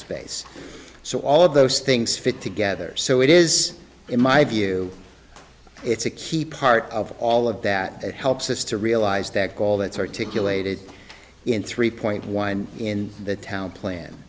space so all of those things fit together so it is in my view it's a key part of all of that that helps us to realize that all that's articulated in three point one in the town plan